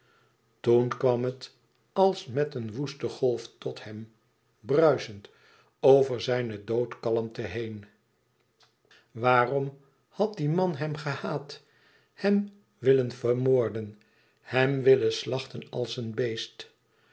toen kwam het als met een woeste golf tot hem bruisend over zijne doodkalmte heen waarom had die man hem gehaat hem willen vermoorden hem willen slachten als een beest